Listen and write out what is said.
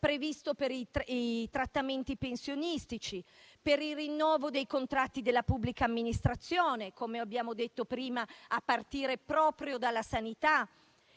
previsto per i trattamenti pensionistici, per il rinnovo dei contratti della pubblica amministrazione, come abbiamo detto prima, a partire proprio dalla sanità,